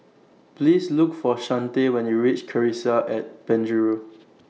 Please Look For Shante when YOU REACH Cassia At Penjuru